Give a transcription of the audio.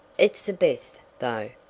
it's the best, though.